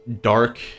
dark